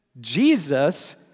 Jesus